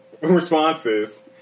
responses